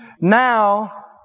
now